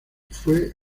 fue